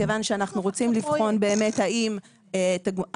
מכיוון שאנחנו רוצים לבחון באמת האם המודל